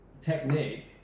technique